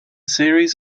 series